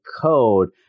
code